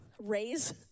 raise